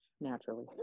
Naturally